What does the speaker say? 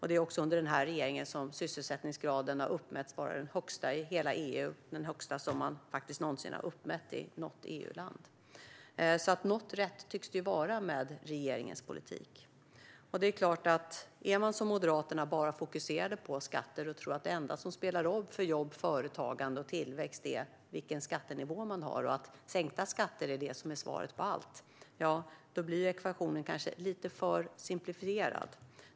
Det är också under denna regering som sysselsättningsgraden har uppmätts vara den högsta i hela EU, faktiskt den högsta som man någonsin har uppmätt i något EU-land. Något rätt tycks det vara med regeringens politik. Är man som Moderaterna bara fokuserad på skatter och tror att det enda som spelar roll för jobb, företagande och tillväxt är vilken skattenivå man har och att sänkta skatter är svaret på allt blir ekvationen kanske lite för simplifierad.